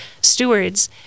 stewards